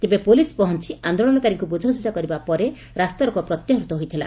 ତେବେ ଆନ୍ଦୋଳନକାରୀଙ୍କୁ ବୁଝାସୁଝା କରିବା ପରେ ରାସ୍ତାରୋକେ ପ୍ରତ୍ୟାହୃତ ହୋଇଥିଲା